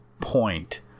point